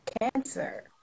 cancer